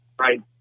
right